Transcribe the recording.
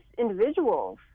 individuals